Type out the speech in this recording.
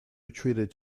retreated